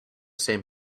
same